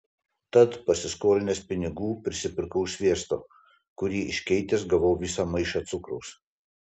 tad pasiskolinęs pinigų prisipirkau sviesto kurį iškeitęs gavau visą maišą cukraus